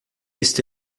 este